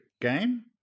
game